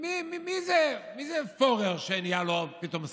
מי זה פורר שנהיה פתאום שר?